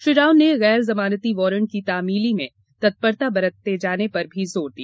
श्री राव ने गैर जमानती वारंट की तामीली में तत्परता बरते जाने पर जोर दिया